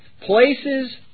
places